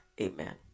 Amen